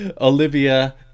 Olivia